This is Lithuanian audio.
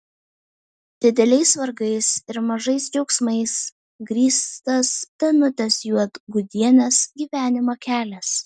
dideliais vargais ir mažais džiaugsmais grįstas danutės juodgudienės gyvenimo kelias